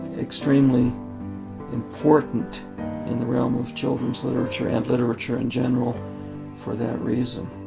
extremely important in the realm of children's literature and literature in general for that reason.